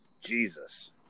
Jesus